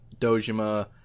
Dojima